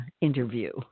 interview